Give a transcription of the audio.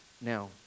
Now